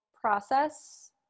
process